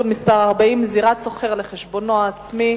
מס' 40) (זירת סוחר לחשבונו העצמי),